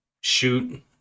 shoot